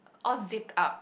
all zipped up